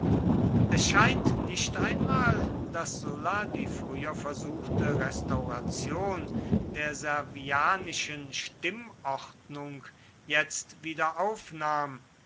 es scheint nicht einmal daß sulla die früher versuchte restauration der servianischen stimmordnung jetzt